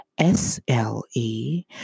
SLE